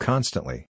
Constantly